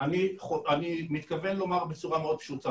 אנחנו מדברים על כך שבמדינת ישראל